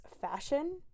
fashion